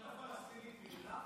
הרשות הפלסטינית מימנה